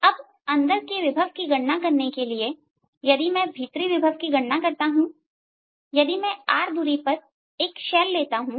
अब आंतरिक विभव की गणना करने के लिए यदि मैं भीतरी विभव की गणना करता हूं यदि मैं r दूरी पर एक शेल लेता हूं